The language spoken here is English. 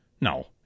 No